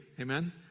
amen